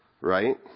right